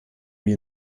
wir